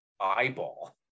eyeball